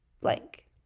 blank